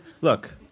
Look